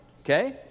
Okay